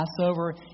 Passover